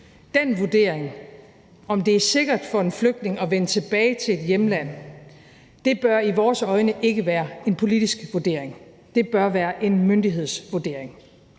Den vurdering, om det er sikkert for en flygtning at vende tilbage til hjemlandet, bør i vores øjne ikke være en politisk vurdering – det bør være en myndighedsvurdering.